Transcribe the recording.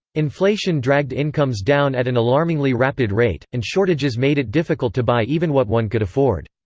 inflation dragged incomes down at an alarmingly rapid rate, and shortages made it difficult to buy even what one could afford.